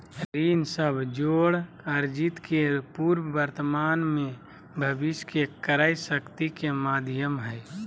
ऋण सब जोड़ अर्जित के पूर्व वर्तमान में भविष्य के क्रय शक्ति के माध्यम हइ